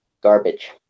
garbage